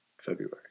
February